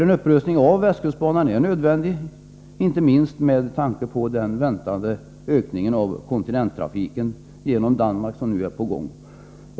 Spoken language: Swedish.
En upprustning av västkustbanan är nödvändig inte minst med tanke på den väntade ökningen av kontinenttrafiken genom Danmark, som nu är på gång.